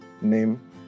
name